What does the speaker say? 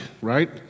right